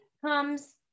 comes